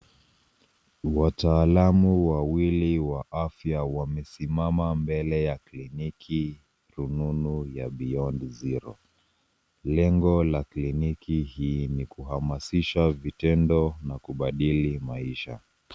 Wataalamu wawili wa afya wamesimama mbele ya kliniki rununu ya Beyond Zero. Lengo la kliniki hii ni kuhamasisha vitendo na kubadili maisha.